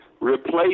replace